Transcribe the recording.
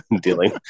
dealing